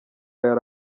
yari